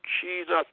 Jesus